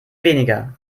weniger